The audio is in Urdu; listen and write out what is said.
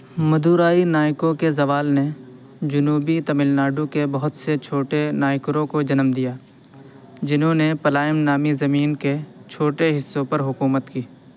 مدورائی نائکوں کے زوال نے جنوبی تمل ناڈو کے بہت سے چھوٹے نائکروں کو جنم دیا جنہوں نے پلایم نامی زمین کے چھوٹے حصوں پر حکومت کی